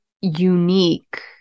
unique